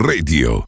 Radio